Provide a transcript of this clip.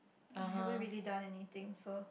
I haven't really done anything so